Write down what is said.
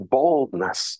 boldness